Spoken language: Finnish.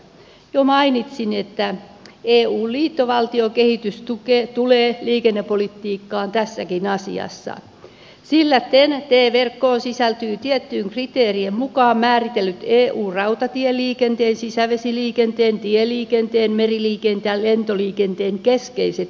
jo mainitsin että eun liittovaltiokehitys tulee liikennepolitiikkaan tässäkin asiassa sillä ten t verkkoon sisältyvät tiettyjen kriteerien mukaan määrittelyt eun rautatieliikenteen sisävesiliikenteen tieliikenteen meriliikenteen ja lentoliikenteen keskeiset yhteydet